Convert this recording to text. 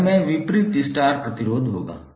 हर में विपरीत स्टार प्रतिरोध होगा